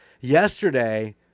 Yesterday